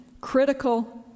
critical